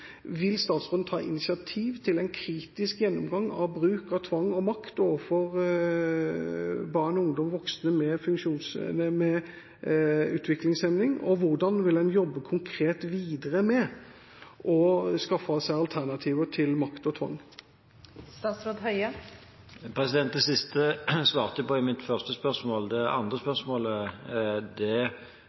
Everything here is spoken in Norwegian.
Vil statsråden ta initiativ til en kritisk gjennomgang av bruk av tvang og makt overfor barn, ungdom og voksne med utviklingshemning, og hvordan vil en jobbe konkret videre med å skaffe alternativer til tvang og makt? Det siste svarte jeg på i mitt første spørsmål. Det andre spørsmålet